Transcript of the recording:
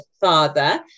father